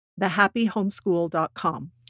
thehappyhomeschool.com